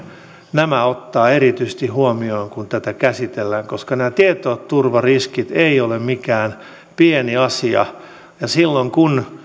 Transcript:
nämä ottaa erityisesti huomioon kun tätä käsitellään koska nämä tietoturvariskit eivät ole mikään pieni asia silloin kun